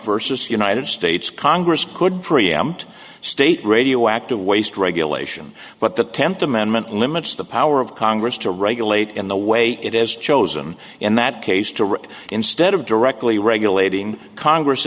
versus united states congress could preempt state radioactive waste regulation but the tenth amendment limits the power of congress to regulate in the way it is chosen in that case to route instead of directly regulating congress